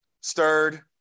stirred